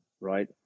right